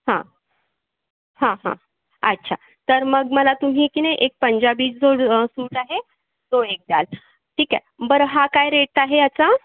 हं हं हं अच्छा तर मग मला तुम्ही की नाही एक पंजाबी जो सूट आहे तो एक द्याल ठीक आहे बरं हा काय रेट आहे याचा